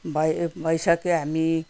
भयो भइसक्यो हामी